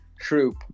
Troop